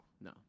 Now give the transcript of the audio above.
No